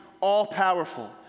all-powerful